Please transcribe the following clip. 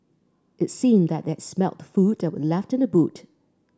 it seemed that they had smelt the food that were left in the boot